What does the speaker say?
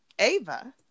Ava